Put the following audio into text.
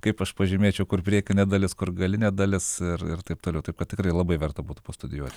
kaip aš pažymėčiau kur priekinė dalis kur galinė dalis ir ir taip toliau taip kad tikrai labai verta būtų pastudijuoti